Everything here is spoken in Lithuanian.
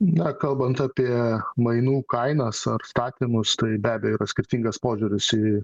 na kalbant apie mainų kainas ar statymus tai be abejo yra skirtingas požiūris į